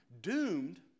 doomed